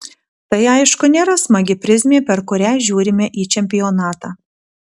tai aišku nėra smagi prizmė per kurią žiūrime į čempionatą